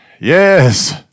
yes